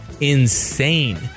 insane